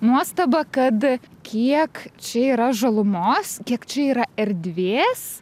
nuostaba kad kiek čia yra žalumos kiek čia yra erdvės